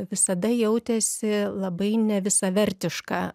visada jautėsi labai nevisavertiška